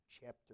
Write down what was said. chapter